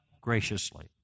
graciously